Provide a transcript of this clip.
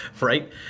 right